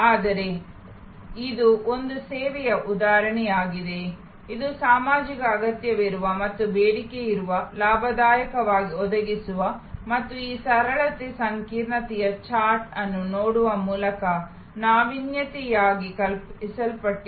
ಆದರೆ ಇದು ಒಂದು ಸೇವೆಯ ಉದಾಹರಣೆಯಾಗಿದೆ ಇದು ಸಾಮಾಜಿಕವಾಗಿ ಅಗತ್ಯವಿರುವ ಮತ್ತು ಬೇಡಿಕೆಯಿರುವ ಲಾಭದಾಯಕವಾಗಿ ಒದಗಿಸುವ ಮತ್ತು ಈ ಸರಳತೆ ಸಂಕೀರ್ಣತೆಯ ಚಾರ್ಟ್ ಅನ್ನು ನೋಡುವ ಮೂಲಕ ನಾವೀನ್ಯತೆಯಾಗಿ ಕಲ್ಪಿಸಲ್ಪಟ್ಟಿದೆ